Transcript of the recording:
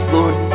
Lord